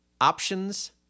options